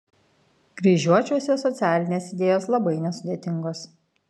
kryžiuočiuose socialinės idėjos labai nesudėtingos